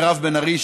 מירב בן ארי,